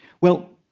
well,